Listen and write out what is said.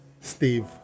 Steve